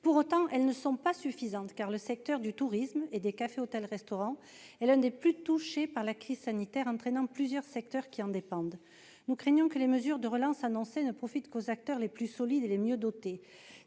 Pour autant, elles ne sont pas suffisantes, car le secteur du tourisme et des cafés, hôtels et restaurants est l'un des plus touchés par la crise sanitaire ; or plusieurs secteurs en dépendent. Nous craignons que les mesures de relance annoncées ne profitent qu'aux acteurs les plus solides et les mieux dotés,